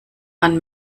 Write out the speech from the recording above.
man